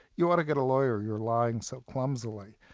you ought to get a lawyer, you're lying so clumsily',